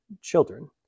children